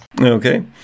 Okay